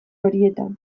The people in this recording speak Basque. horietan